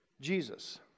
Jesus